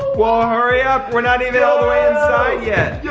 well ah hurry up. we're not even all the way inside yet.